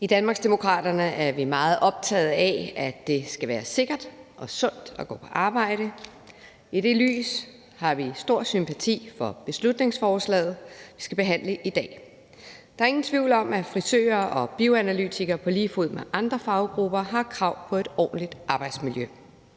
I Danmarksdemokraterne er vi meget optaget af, at det skal være sikkert og sundt at gå på arbejde. I det lys har vi stor sympati for beslutningsforslaget, vi skal behandle i dag. Der er ingen tvivl om, at frisører og bioanalytikere på lige fod med andre faggrupper har krav på et ordentligt arbejdsmiljø,